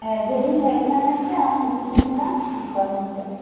ᱦᱮᱸ ᱡᱮ ᱤᱧ ᱦᱮᱡ ᱮᱱᱟ ᱢᱮᱱᱛᱮ ᱟᱢ ᱦᱤᱡᱩᱜ ᱢᱮ ᱫᱮᱞᱟ ᱚᱱᱠᱟ ᱢᱮᱱᱛᱮ